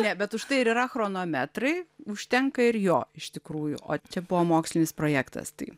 ne bet užtai ir yra chronometrai užtenka ir jo iš tikrųjų o čia buvo mokslinis projektas tai